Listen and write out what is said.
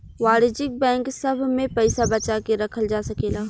वाणिज्यिक बैंक सभ में पइसा बचा के रखल जा सकेला